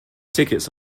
tickets